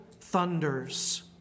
thunders